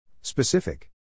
Specific